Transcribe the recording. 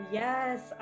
yes